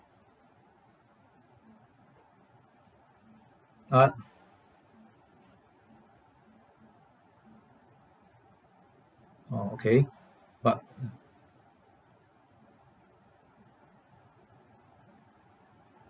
ah orh okay but ah